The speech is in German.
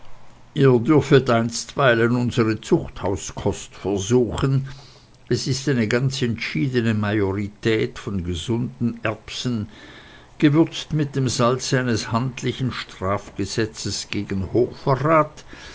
ihr dürfet einstweilen unsere zuchthauskost versuchen es ist eine ganz entschiedene majorität von gesunden erbsen gewürzt mit dem salze eines handlichen strafgesetzes gegen hochverrat